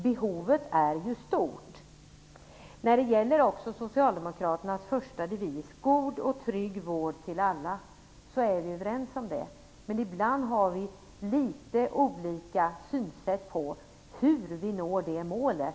Behovet är ju stort. Socialdemokraternas första devis, God och trygg vård till alla, är vi överens om. Men ibland har vi litet olika synsätt på hur vi når det målet.